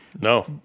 No